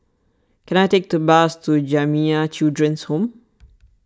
can I take to bus to Jamiyah Children's Home